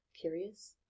curious